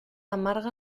amarga